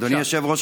אדוני היושב-ראש,